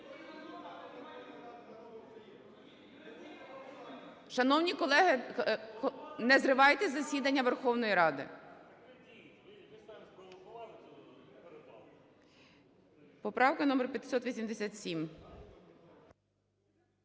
Шановні колеги, не зривайте засідання Верховної Ради. (Шум у залі) Поправка номер 587.